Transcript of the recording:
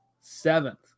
seventh